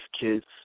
kids